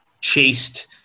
chased